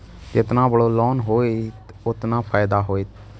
जेतना बड़ो लोन होतए ओतना फैदा होतए